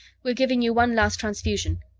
we're giving you one last transfusion.